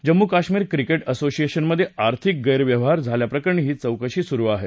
Jammu Kashmir cricket असोसिएशनमधे आर्थिक गैरव्यवहार झाल्याप्रकरणी ही चौकशी सुरु आहे